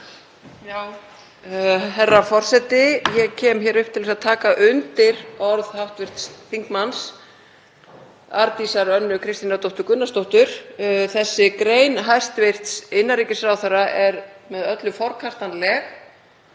Herra forseti. Ég kem hér upp til að taka undir orð hv. þm. Arndísar Önnu Kristínardóttur Gunnarsdóttur. Þessi grein hæstv. innanríkisráðherra er með öllu forkastanleg